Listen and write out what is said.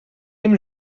même